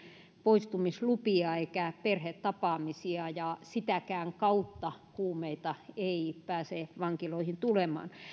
poistumislupia eikä perhetapaamisia ja sitäkään kautta huumeita ei pääse vankiloihin tulemaan